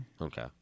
Okay